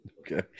Okay